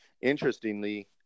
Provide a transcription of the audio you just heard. Interestingly